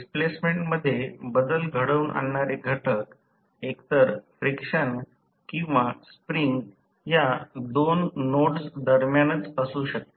displacement मध्ये बदल घडवून आणणारे घटक एकतर फ्रिक्शन किंवा स्प्रिंग या दोन नोड्स दरम्यानच असू शकते